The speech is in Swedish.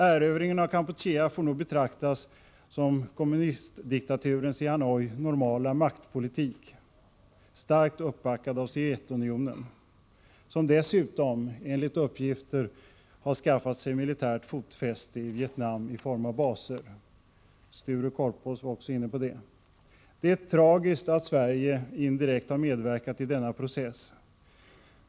Erövringen av Kampuchea får nog betraktas som kommunistdiktaturens i Hanoi normala maktpolitik, starkt uppbackad av Sovjetunionen, som enligt uppgifter dessutom skaffat sig militärt fotfäste i Vietnam i form av baser — Sture Korpås var inne på det. Det är tragiskt att Sverige indirekt har medverkat i denna process.